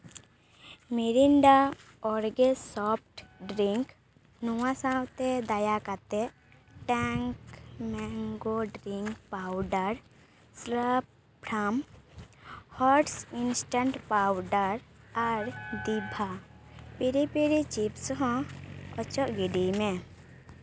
Mirinda ᱚᱨᱜᱮ ᱥᱮᱯᱴ drink ᱱᱚᱣᱟ ᱥᱟᱶᱛᱮ ᱫᱟᱭᱟ ᱠᱟᱛᱮ ᱴᱮᱝᱠ ᱢᱮᱝᱜᱳ ᱰᱨᱤᱝᱠ ᱯᱟᱣᱰᱟᱨ ᱥᱞᱟᱯ ᱯᱷᱨᱟᱢ ᱦᱚᱴᱥ ᱤᱱᱥᱴᱮᱱᱴ ᱯᱟᱣᱰᱟᱨ ᱟᱨ ᱫᱤᱵᱷᱟ ᱯᱮᱨᱮ ᱯᱮᱨᱮ ᱪᱤᱯᱥ ᱦᱚᱸ ᱚᱪᱚᱜ ᱜᱤᱰᱤᱭ ᱢᱮ